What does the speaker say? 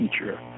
teacher